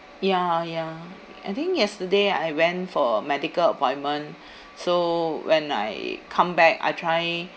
ya ya I think yesterday I went for medical appointment so when I come back I try